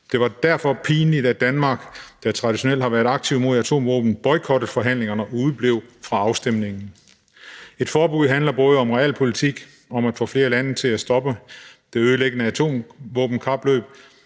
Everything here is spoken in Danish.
Det var derfor pinligt, at Danmark, der traditionelt har været aktive mod atomvåben, boykottede forhandlingerne og udeblev fra afstemningen. Et forbud handler både om realpolitik, om at få flere lande til at stoppe det ødelæggende atomvåbenkapløb,